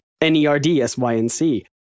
N-E-R-D-S-Y-N-C